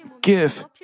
give